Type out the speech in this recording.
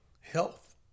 health